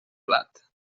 blat